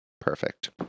Perfect